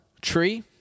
tree